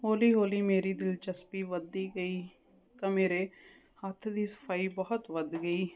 ਹੌਲੀ ਹੌਲੀ ਮੇਰੀ ਦਿਲਚਸਪੀ ਵਧਦੀ ਗਈ ਤਾਂ ਮੇਰੇ ਹੱਥ ਦੀ ਸਫਾਈ ਬਹੁਤ ਵੱਧ ਗਈ